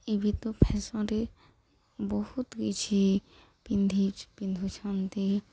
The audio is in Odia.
ଇ ବି ତ ଫ୍ୟାସନ୍ରେ ବହୁତ କିଛି ପିନ୍ଧି ପିନ୍ଧୁଛନ୍ତି